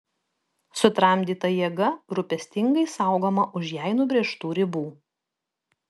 sutramdyta jėga rūpestingai saugoma už jai nubrėžtų ribų